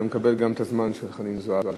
אתה מקבל גם זמן של חנין זועבי.